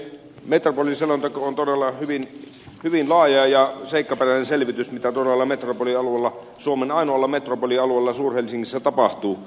metropoliselonteko on todella hyvin laaja ja seikkaperäinen selvitys mitä todella metropolialueella suomen ainoalla metropolialueella suur helsingissä tapahtuu